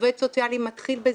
עובד סוציאלי מתחיל בזקנה,